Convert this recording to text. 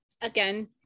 again